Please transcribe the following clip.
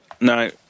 No